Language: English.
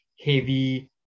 heavy